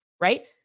Right